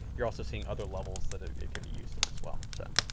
you're also seeing other levels that ah it can be used in as well. so,